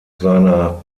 seiner